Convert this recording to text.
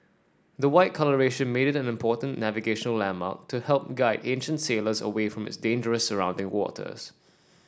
the white colouration made it an important navigational landmark to help guide ancient sailors away from its dangerous surrounding waters